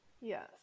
Yes